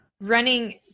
running